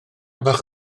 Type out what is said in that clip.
bach